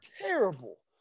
terrible